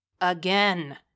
Again